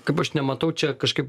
kaip aš nematau čia kažkaip